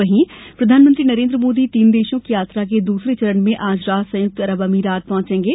वहीं प्रधानमंत्री नरेंद्र मोदी तीन देशों की यात्रा के दूसरे चरण में आज रात संयुक्तं अरब अमीरात पहंचेंगे